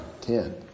ten